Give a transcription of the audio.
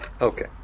Okay